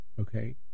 okay